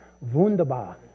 wunderbar